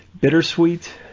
bittersweet